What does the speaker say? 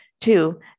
Two